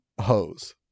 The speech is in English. hose